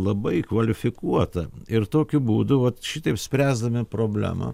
labai kvalifikuotą ir tokiu būdu vat šitaip spręsdami problemą